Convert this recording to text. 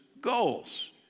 goals